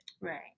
Right